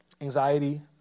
anxiety